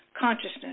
consciousness